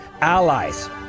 Allies